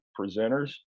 presenters